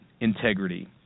integrity